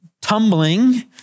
tumbling